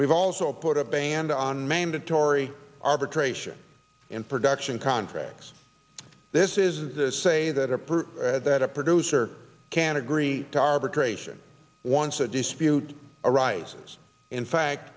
we've also put a band on mandatory arbitration in production contracts this is the say that are proof that a producer can agree to arbitration once a dispute arises in fact